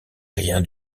rien